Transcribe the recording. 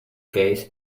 case